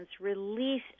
release